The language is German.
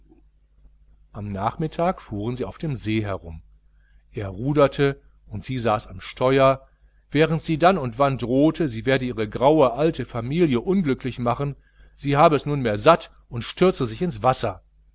am nachmittag fuhren sie auf dem see herum er ruderte und sie saß am steuer während sie dann und wann drohte sie werde ihre graue alte familie unglücklich machen sie habe es nunmehr satt und stürze sich ins wasser